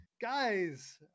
Guys